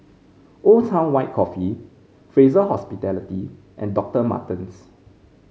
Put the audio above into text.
Old Town White Coffee Fraser Hospitality and Dovtor Martens